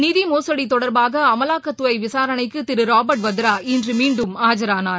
நிதி மோசுடி தொடர்பாக அமலாக்கத்துறை விசாரணைக்கு திரு ராபர்ட் வத்ரா இன்று மீண்டும் ஆஜரானார்